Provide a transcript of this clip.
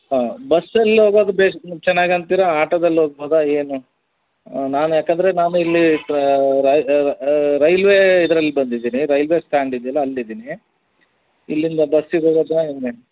ಹಾಂ ಬಸ್ಸಲ್ಲಿ ಹೋಗೋದ್ ಬೆಶ್ ಚೆನ್ನಾಗಿ ಅಂತೀರಾ ಆಟೋದಲ್ಲಿ ಹೋಗ್ಬೌದ ಏನು ನಾನು ಯಾಕೆಂದ್ರೆ ನಾನು ಇಲ್ಲಿ ರೈಲ್ವೇ ಇದ್ರಲ್ಲಿ ಬಂದಿದ್ದೀನಿ ರೈಲ್ವೆ ಸ್ಟ್ಯಾಂಡ್ ಇದೆಯಲ್ಲ ಅಲ್ಲಿದ್ದೀನಿ ಇಲ್ಲಿಂದ ಬಸ್ಸಿಗೆ ಹೋಗೋದ ಹೆಂಗೆ